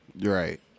Right